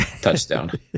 touchdown